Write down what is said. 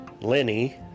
Lenny